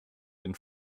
den